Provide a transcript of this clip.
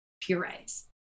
purees